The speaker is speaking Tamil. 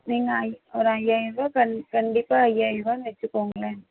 நீங்கள் ஒரு ஐயாயிரரூவா கண்டிப்பாக ஐயாயிரரூவான்னு வைச்சிக்கோங்களேன்